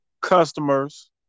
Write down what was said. customers